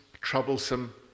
troublesome